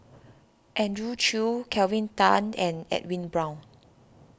Andrew Chew Kelvin Tan and Edwin Brown